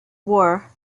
war